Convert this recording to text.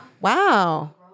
Wow